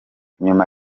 nyuma